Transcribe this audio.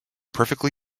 perfectly